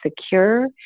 secure